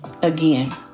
Again